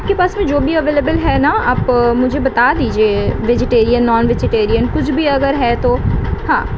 آپ کے پاس میں جو بھی اویلیبل ہے نا آپ مجھے بتا دیجیے ویجیٹیرین نان ویجیٹیرین کچھ بھی اگر ہے تو ہاں